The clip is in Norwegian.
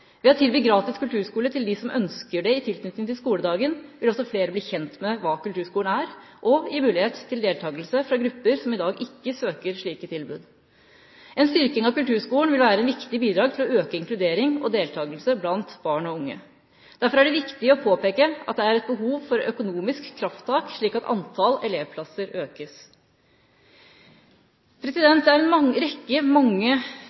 Ved å tilby gratis kulturskole til dem som ønsker det i tilknytning til skoledagen, vil også flere bli kjent med hva kulturskolen er, og det gir mulighet til deltakelse fra grupper som i dag ikke søker slike tilbud. En styrking av kulturskolen vil være et viktig bidrag til å øke inkludering og deltakelse blant barn og unge. Derfor er det viktig å påpeke at det er behov for et økonomisk krafttak, slik at antall elevplasser økes.